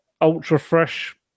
ultra-fresh